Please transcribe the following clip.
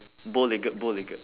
bow legged bow legged